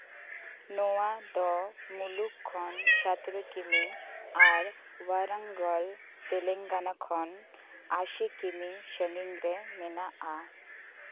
ᱱᱚᱶᱟ ᱫᱚ ᱢᱩᱞᱩᱜᱽ ᱠᱷᱚᱱ ᱥᱚᱛᱮᱨᱚ ᱠᱤᱢᱤ ᱟᱨ ᱵᱟᱨᱚᱝᱜᱚᱨ ᱛᱮᱞᱮᱝᱜᱟᱱᱟ ᱠᱷᱚᱱ ᱟᱹᱥᱤ ᱠᱤᱢᱤ ᱥᱟᱹᱜᱤᱧᱨᱮ ᱢᱮᱱᱟᱜᱼᱟ